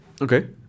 Okay